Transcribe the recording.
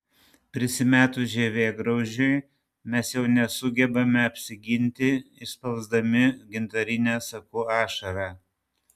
prisimetus žievėgraužiui mes jau nesugebame apsiginti išspausdami gintarinę sakų ašarą